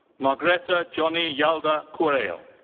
margreta johnny yalda kourail.